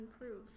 improve